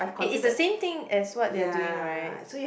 it is the same thing as what they're doing right